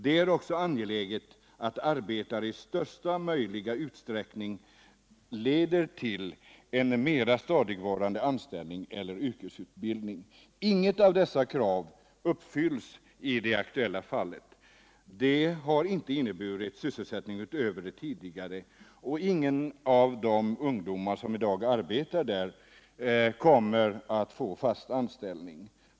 Det är också angeläget att arbetena i största möjliga utsträckning leder till mera stadigvarande anställning eller yrkesutbildning.” Inget av dessa krav uppfylls i det aktuella fallet. Det har inte inneburit sysselsättning utöver den tidigare, och ingen av de ungdomar som i dag arbetar i hamnen kommer att få fast anställning.